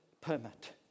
permit